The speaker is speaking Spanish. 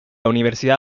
universidad